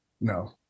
no